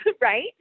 right